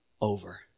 over